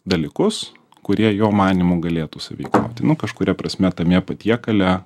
dalykus kurie jo manymu galėtų sąveikauti nu kažkuria prasme tame patiekale